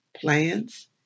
plans